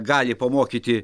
gali pamokyti